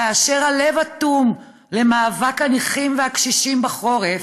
כאשר הלב אטום למאבק הנכים והקשישים בחורף,